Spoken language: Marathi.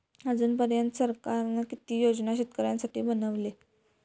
अजून पर्यंत सरकारान किती योजना शेतकऱ्यांसाठी बनवले?